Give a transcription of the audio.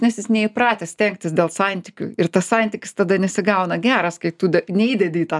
nes jis neįpratęs stengtis dėl santykių ir tas santykis tada nesigauna geras kai tu neįdedi į tą